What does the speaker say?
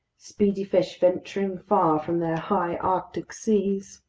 speedy fish venturing far from their high arctic seas.